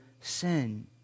sin